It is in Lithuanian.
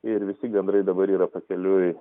ir visi gandrai dabar yra pakeliui